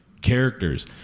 characters